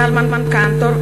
זלמן קנטור,